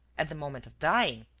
at the moment of dying.